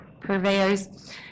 purveyors